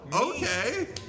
okay